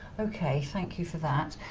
okay thank you for that.